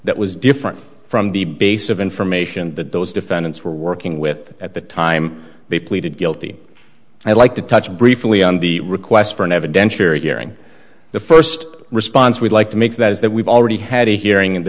that was different from the base of information that those defendants were working with at the time they pleaded guilty and i'd like to touch briefly on the request for an evidentiary hearing the first response we'd like to make that is that we've already had a hearing